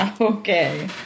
Okay